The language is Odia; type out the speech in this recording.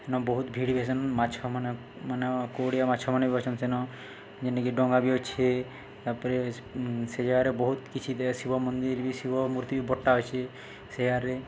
ସେନ ବହୁତ୍ ଭିଡ଼୍ ବି ହେସନ୍ ମାଛ ମାନେ ମାନେ କୋଡ଼ିଆ ମାଛମାନେ ବି ସେନ ଯେନ୍ଟାକି ଡଙ୍ଗା ବି ଅଛେ ତା'ପରେ ସେ ଜାଗାରେ ବହୁତ୍ କିଛି ଶିବ ମନ୍ଦିର୍ ବି ଶିବ ମୂର୍ତ୍ତି ବି ବଡ଼୍ଟା ଅଛେ ସେଆରେ